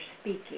speaking